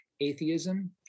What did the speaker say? atheism